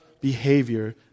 behavior